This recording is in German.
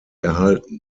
erhalten